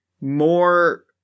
more